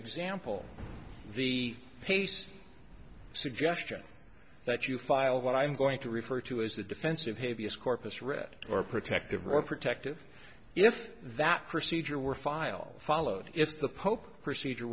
example the paste suggestion that you filed what i'm going to refer to is the defensive pay vs corpus read or protective or protective if that procedure were filed followed if the pope procedure